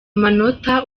manota